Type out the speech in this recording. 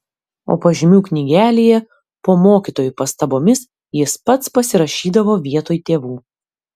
o pažymių knygelėje po mokytojų pastabomis jis pats pasirašydavo vietoj tėvų